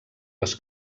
les